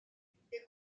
des